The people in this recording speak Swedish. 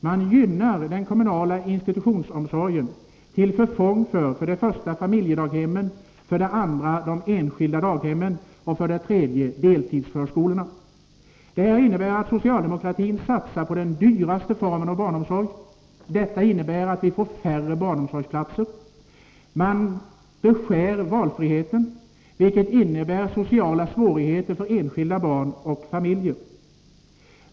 Man gynnar den kommunala institutionsomsorgen till förfång för för det första familjedaghemmen, för det andra de enskilda daghemmen och för det tredje deltidsförskolorna. Detta innebär att socialdemokratin satsar på den dyraste formen av barnomsorg och att vi får färre barnomsorgsplatser. Man beskär valfriheten, vilket innebär sociala svårigheter för enskilda barn och familjer.